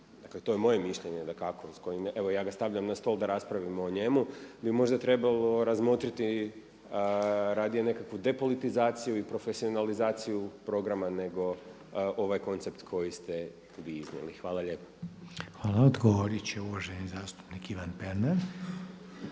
dakle to je moje mišljenje dakako, evo ja ga stavljam na stol da raspravimo o njemu, bi možda trebalo razmotriti radije nekakvu depolitizaciju i profesionalizaciju programa nego ovaj koncept koji ste vi iznijeli. Hvala lijepa. **Reiner, Željko (HDZ)** Hvala. Odgovorit će uvaženi zastupnik Ivan Pernar.